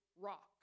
rock